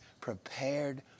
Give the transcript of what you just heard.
prepared